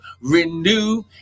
renew